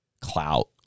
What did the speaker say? clout